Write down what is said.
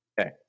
okay